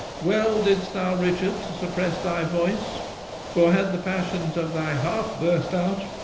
well didst thou richard to suppresse thy voice for had the passions of thy heart burst out,